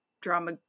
Drama